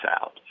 out